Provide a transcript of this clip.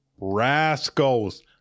rascals